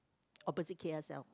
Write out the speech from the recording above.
opposite k_s_l